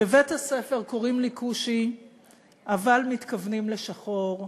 "בבית-הספר קוראים לי כושי אבל מתכוונים לשחור".